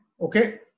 okay